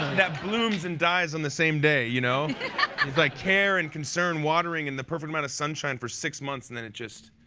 that blooms and dies in the same day. it's you know like care and concern, watering, and the perfect amount of sunshine for six months. and then it just,